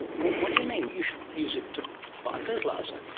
what do you mean? you should use it to buy fertiliser.